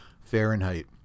Fahrenheit